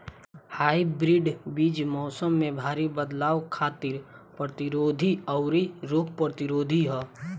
hybrid बीज मौसम में भारी बदलाव खातिर प्रतिरोधी आउर रोग प्रतिरोधी ह